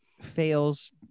fails